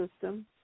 system